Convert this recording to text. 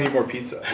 more pizza.